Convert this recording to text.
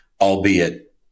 albeit